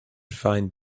find